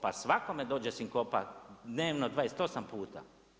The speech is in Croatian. Pa svakome dođe sinkopa dnevno 28 puta.